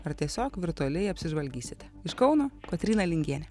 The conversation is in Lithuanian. ar tiesiog virtualiai apsižvalgysite iš kauno kotryna lingienė